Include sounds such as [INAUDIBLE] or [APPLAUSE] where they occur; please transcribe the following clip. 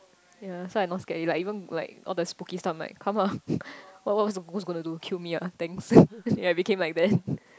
ya so I not scared already like even like all the spooky stuff I'm like come lah [LAUGHS] what what's the ghost gonna do kill me ah thanks [LAUGHS] and I became like them